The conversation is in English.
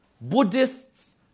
Buddhists